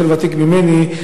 שהוא יותר ותיק ממני,